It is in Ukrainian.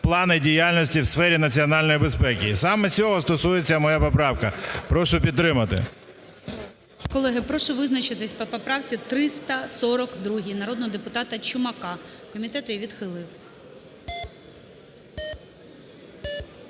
плани діяльності в сфері національної безпеки. Саме цього стосується моя поправка. Прошу підтримати. ГОЛОВУЮЧИЙ. Колеги, прошу визначитися по поправці 342 народного депутата Чумака. Комітет її відхилив.